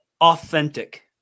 Authentic